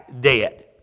dead